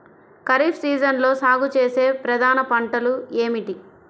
ఖరీఫ్ సీజన్లో సాగుచేసే ప్రధాన పంటలు ఏమిటీ?